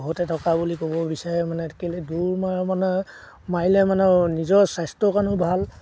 বহুতে থকা বুলি ক'ব বিচাৰে মানে কেলৈ দৌৰ মাৰা মানে মাৰিলে মানে নিজৰ স্বাস্থ্যৰ কাৰণেও ভাল